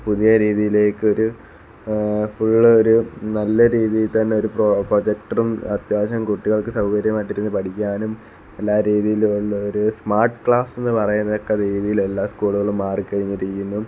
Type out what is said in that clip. പുതിയ രീതിയിലേക്ക് ഒരു ഫുള് ഒരു നല്ല രീതിയിൽ തന്നെ ഒരു പ്രൊജക്റ്ററും അത്യാവശ്യം കുട്ടികള്ക്ക് സൗകര്യമായിട്ട് ഇരുന്നു പഠിക്കാനും എല്ലാ രീതിയിലും ഉള്ള ഒരു സ്മാര്ട്ട് ക്ലാസ് എന്ന് പറയത്തക്ക രീതിയില് എല്ലാ സ്കൂളുകളും മാറി കഴിഞ്ഞിരിക്കുന്നു